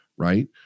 Right